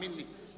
תאמין לי,